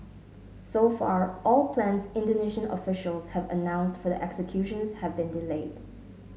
so far all plans Indonesian officials have announced for the executions have been delayed